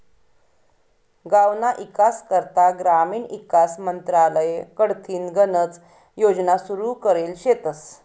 गावना ईकास करता ग्रामीण ईकास मंत्रालय कडथीन गनच योजना सुरू करेल शेतस